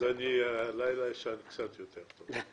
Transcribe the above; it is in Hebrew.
אז הלילה אשן קצת יותר טוב.